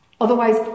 otherwise